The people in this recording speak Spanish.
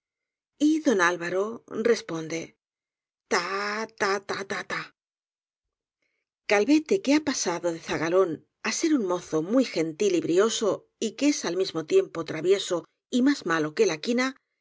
pensado y don alvaro responde t a ta ta ta ta calvete que ha pasado de zagalón á ser un mozo muy gentil y brioso y que es al mismo tiempo travieso y más malo que la quina